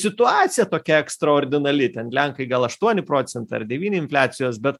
situacija tokia ekstraordinali ten lenkai gal aštuoni procentai ar devyni infliacijos bet